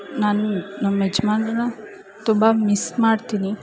ನನ್ನ ನಮ್ಮ ಯಜಮಾನ್ರನ್ನ ತುಂಬ ಮಿಸ್ ಮಾಡ್ತೀನಿ